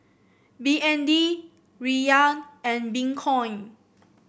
B N D Riyal and Bitcoin